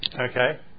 Okay